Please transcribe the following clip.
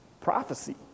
Prophecy